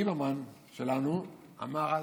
ליברמן שלנו אמר אז: